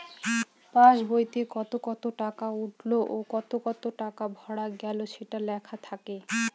pass বইতে কত কত টাকা উঠলো ও কত কত টাকা ভরা গেলো সেটা লেখা থাকে